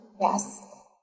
Yes